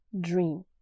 dream